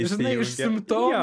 išsijungėm jo